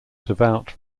devout